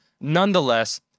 Nonetheless